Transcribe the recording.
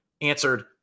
answered